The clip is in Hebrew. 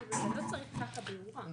זה כאילו לא צריך ככה באירוע.